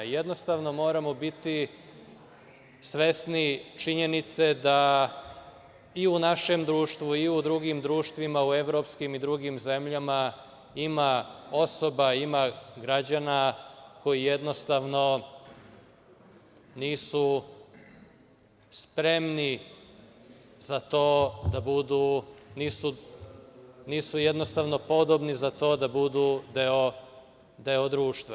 Jednostavno, moramo biti svesni činjenice da i u našem društvu i u drugim društvima, evropskim i drugim zemljama, ima osoba, ima građana koji jednostavno nisu spremni, nisu jednostavno podobni za to da budu deo društva.